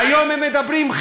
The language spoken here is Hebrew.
והיום הם מדברים,